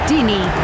Dini